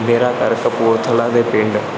ਮੇਰਾ ਘਰ ਕਪੂਰਥਲਾ ਦੇ ਪਿੰਡ